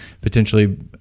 potentially